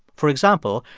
for example,